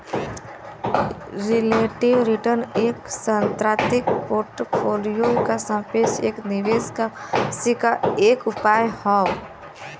relative return एक सैद्धांतिक portfolio क सापेक्ष एक निवेश क वापसी क एक उपाय हौ